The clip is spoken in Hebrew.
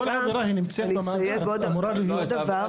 אני רוצה לסייג עוד דבר.